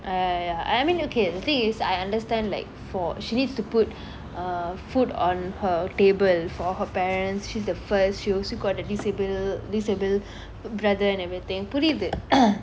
!aiya! I meanokaythe thing is I understand like for she needs to put uh food on her table for her parents she's the first she also got the disable disable brother and everything புரியுது :puriyuthu